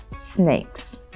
snakes